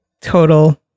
total